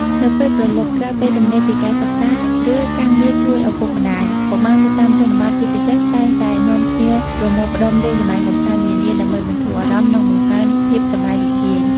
នៅពេលព្រលប់ ក្រោយពេលទំនេរពីការសិក្សា ឬការងារជួយឪពុកម្តាយ កុមារនៅតាមជនបទ ជាពិសេស តែងតែនាំគ្នាប្រមូលផ្តុំលេងល្បែងកម្សាន្តនានា ដើម្បីបន្ធូរអារម្មណ៍ និងបង្កើនភាពសប្បាយរីករាយ ។